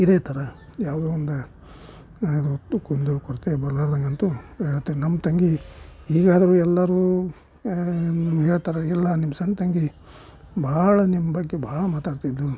ಇದೇ ಥರ ಯಾವುದೋ ಒಂದು ಇದು ಕುಂದು ಕೊರತೆ ಬರ್ಲಾರ್ದಂಗಂತೂ ಹೇಳ್ತಿನ್ ನಮ್ಮ ತಂಗಿ ಈಗಾದರೂ ಎಲ್ಲರೂ ಹೇಳ್ತಾರ ಇಲ್ಲ ನಿಮ್ಮ ಸಣ್ಣ ತಂಗಿ ಭಾಳ ನಿಮ್ಮ ಬಗ್ಗೆ ಭಾಳ ಮಾತಾಡ್ತಿದ್ದರು